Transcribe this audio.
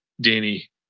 Danny